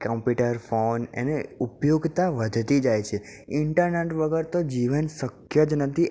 computer phone એને ઉપયોગિતા વધતી જાય છે ઈન્ટરનેટ વગર તો જીવન શક્ય જ નથી